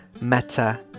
META